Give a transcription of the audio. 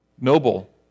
Noble